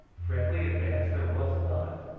friendly advance there was none,